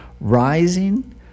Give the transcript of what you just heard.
rising